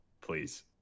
Please